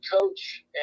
coach